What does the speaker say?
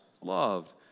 loved